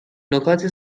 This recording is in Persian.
نکات